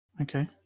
Okay